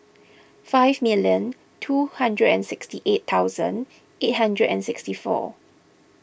five million two hundred and sixty eight thousand eight hundred and sixty four